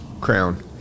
crown